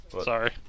Sorry